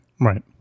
Right